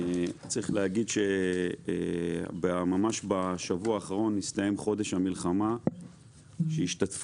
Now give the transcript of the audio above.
צריך להגיד שממש בשבוע האחרון הסתיים חודש המלחמה שהשתתפו